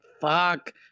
fuck